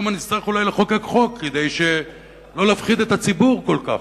שמא נצטרך אולי לחוקק חוק כדי שלא להפחיד את הציבור כל כך.